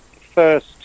first